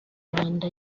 manda